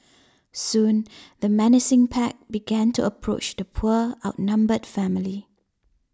soon the menacing pack began to approach the poor outnumbered family